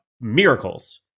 miracles